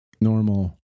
normal